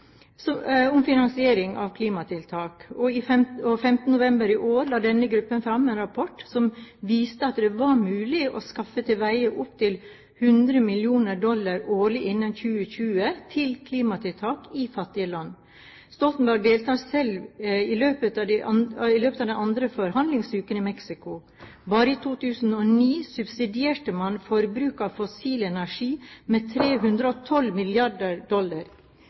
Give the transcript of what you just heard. om finansiering av klimatiltak, og 5. november i år la denne gruppen fram en rapport som viste at det var mulig å skaffe til veie opptil 100 mill. dollar årlig innen 2020 til klimatiltak i fattige land. Stoltenberg deltar selv i løpet av den andre forhandlingsuken i Mexico. Bare i 2009 subsidierte man forbruk av fossil energi med 312 mrd. dollar.